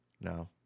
No